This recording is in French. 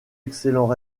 excellents